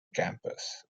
campus